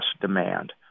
demand